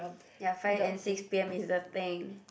ya five and six P_M is the thing